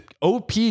OP